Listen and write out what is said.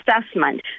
assessment